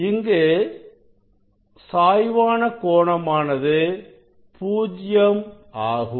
இங்கு சாய்வான கோணம் ஆனது 0 பூஜ்ஜியம் ஆகும்